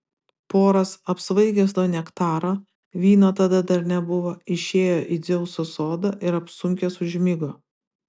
poras apsvaigęs nuo nektaro vyno tada dar nebuvo išėjo į dzeuso sodą ir apsunkęs užmigo